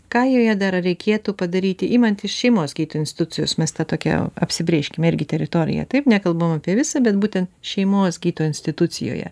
ką joje dar reikėtų padaryti imant iš šeimos gydytojų institucijos mes ta tokia apsibrėžkime irgi teritoriją taip nekalbame apie visą bet būtent šeimos gydytojo institucijoje